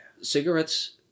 Cigarettes